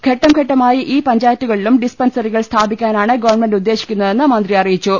ഘട്ടംഘട്ടമായി ഈ പഞ്ചായത്തുകളിലും ഡിസ്പെൻസറികൾ സ്ഥാപിക്കാനാണ് ഗവൺമെന്റ് ഉദ്ദേശിക്കുന്നതെന്ന് മന്ത്രി അറിയിച്ചു